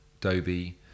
dobie